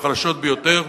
וחלשות ביותר,